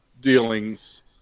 dealings